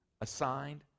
assigned